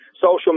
social